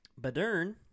Badern